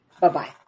Bye-bye